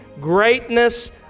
greatness